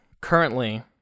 Currently